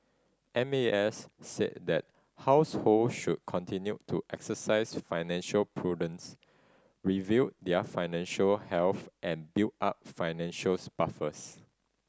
M A S said that household should continue to exercise financial prudence review their financial health and build up financials buffers